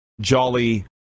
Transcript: Jolly